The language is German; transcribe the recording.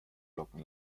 locken